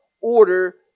order